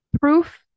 proof